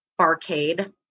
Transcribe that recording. barcade